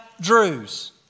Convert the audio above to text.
Drew's